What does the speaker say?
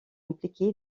impliqué